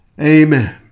Amen